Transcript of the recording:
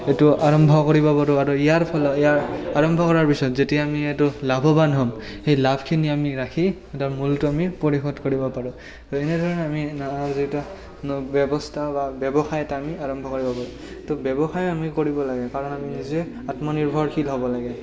এইটো আৰম্ভ কৰিব পাৰোঁ আৰু ইয়াত ফলত ইয়াৰ আৰম্ভ কৰাৰ পিছত যেতিয়া আমি এইটো লাভৱান হম সেই লাভখিনি আমি ৰাখি তাৰ মূলটো আমি পৰিশোধ কৰিব পাৰোঁ আৰু এনে ধৰণে আমি নানা যি এটা ব্য়ৱস্থা বা এটা ব্যৱসায় এটা আমি আৰম্ভ কৰিব পাৰোঁ তো ব্য়ৱসায় আমি কৰিব লাগে কাৰণ নিজে আত্মনিৰ্ভৰশীল হ'ব লাগে